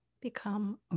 become